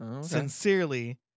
Sincerely